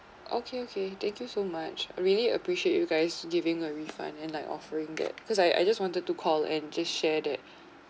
okay okay thank you so much really appreciate you guys giving a refund and like offering that cause I I just wanted to call and just shared it